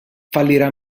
fallirà